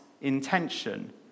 intention